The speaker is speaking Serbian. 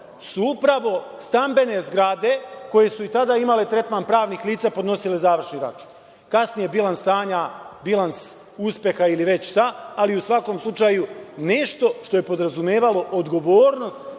su upravo stambene zgrade, koje su i tada imale tretman pravnih lica, podnosile završni račun. Kasnije bilans stanja, bilans uspeha ili već šta, ali, u svakom slučaju nešto što je podrazumevalo odgovornost